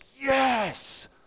yes